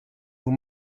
vous